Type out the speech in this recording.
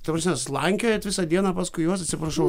ta prasme slankiojat visą dieną paskui juos atsiprašau